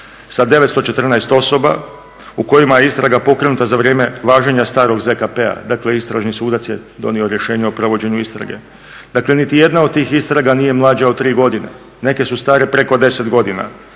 sa 914 osoba u kojima je istraga pokrenuta za vrijeme važenja starog ZKP-a. Dakle, istražni sudac je donio rješenje o provođenju istrage. Dakle, niti jedna od tih istraga nije mlađa od tri godine. Neke su stare preko 10 godina.